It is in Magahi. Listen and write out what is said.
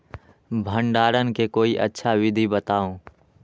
भंडारण के कोई अच्छा विधि बताउ?